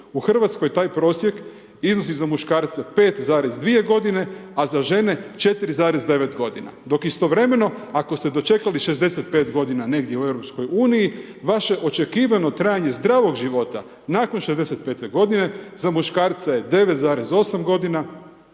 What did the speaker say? U Hrvatskoj taj prosjek iznosi za muškarce 5,2 g. a za žene 4,9 g. dok istovremeno, ako ste dočekali 65 g. negdje u EU vaše očekivano trajanje zdravog života, nakon 65 g. za muškarce je 9,8 g. a